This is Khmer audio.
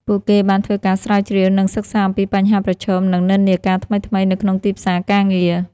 ពួកគេបានធ្វើការស្រាវជ្រាវ និងសិក្សាអំពីបញ្ហាប្រឈម និងនិន្នាការថ្មីៗនៅក្នុងទីផ្សារការងារ។